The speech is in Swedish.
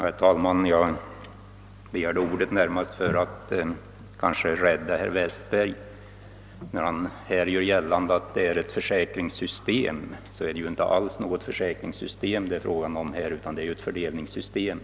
Herr talman! Jag har närmast begärt ordet för att påpeka en felsägning av herr Westberg, som gjorde gällande att det i detta sammanhang är fråga om ett försäkringssystem. Så är ju inte alls fallet, utan det gäller ett fördelningssystem.